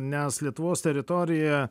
nes lietuvos teritoriją